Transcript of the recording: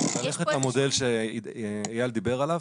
ללכת למודל שאייל דיבר עליו,